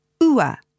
ua